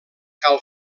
cal